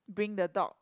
bring the dog